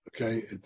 okay